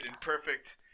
perfect